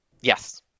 Yes